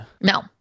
No